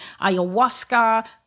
ayahuasca